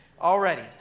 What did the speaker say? already